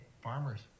farmers